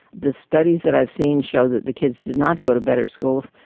the studies that i've seen show that the kids did not go to better schools.